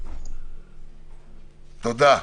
תודה.